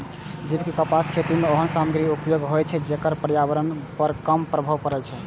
जैविक कपासक खेती मे ओहन सामग्रीक उपयोग होइ छै, जेकर पर्यावरण पर कम प्रभाव पड़ै छै